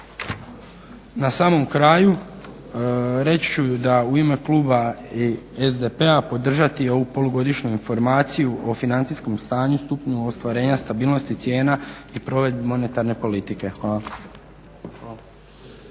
Na samom kraju reći ću da u ime kluba SDP-a podržati ovu polugodišnju informaciju o financijskom stanju, stupnju ostvarenja, stabilnosti cijena i provedbi monetarne politike. Hvala.